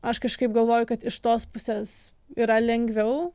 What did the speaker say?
aš kažkaip galvoju kad iš tos pusės yra lengviau